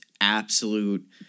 absolute